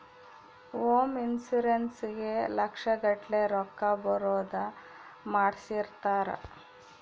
home insurance ಗೇ ಲಕ್ಷ ಗಟ್ಲೇ ರೊಕ್ಕ ಬರೋದ ಮಾಡ್ಸಿರ್ತಾರ